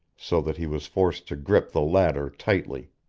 so that he was forced to grip the ladder tightly.